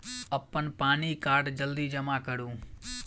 अप्पन PAN card जल्दी जमा करू?